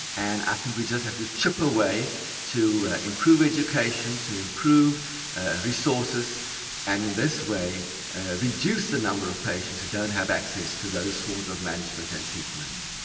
and i think we just have to chip away to improve education, to improve ah resources and in this way reduce the number of patients who don't have access to those forms of management and treatment.